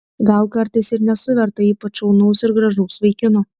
gal kartais ir nesu verta ypač šaunaus ir gražaus vaikino